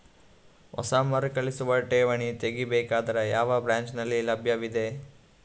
ಹೊಸ ಮರುಕಳಿಸುವ ಠೇವಣಿ ತೇಗಿ ಬೇಕಾದರ ಯಾವ ಬ್ರಾಂಚ್ ನಲ್ಲಿ ಲಭ್ಯವಿದೆ?